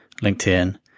LinkedIn